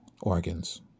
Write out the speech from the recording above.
organs